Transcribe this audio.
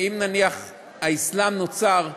אם נניח האסלאם נוצר,